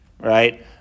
Right